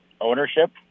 ownership